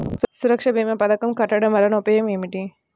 సురక్ష భీమా పథకం కట్టడం వలన ఉపయోగం ఏమిటి?